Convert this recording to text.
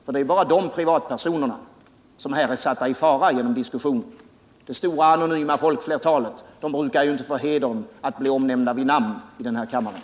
Det är ju bara de privatpersonerna som här är satta i fara genom diskussion. Det stora, anonyma folk flertalet brukar inte få hedern att nämnas vid namn här i kammaren.